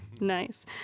nice